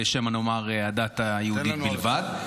שמא נאמר הדת היהודית בלבד,